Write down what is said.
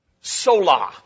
Sola